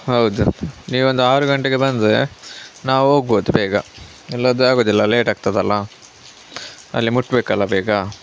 ಹೌದು ನೀವು ಒಂದು ಆರು ಗಂಟೆಗೆ ಬಂದರೆ ನಾವು ಹೋಗ್ಬೋದು ಬೇಗ ಇಲ್ಲಾಂದರೆ ಆಗೋದಿಲ್ಲ ಲೇಟ್ ಆಗ್ತದಲ್ಲ ಅಲ್ಲಿ ಮುಟ್ಟಬೇಕಲ್ಲ ಬೇಗ